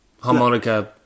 Harmonica